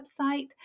website